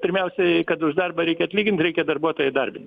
pirmiausiai kad už darbą reikia atlyginti reikia darbuotoją įdarbint